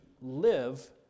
live